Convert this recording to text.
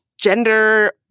gender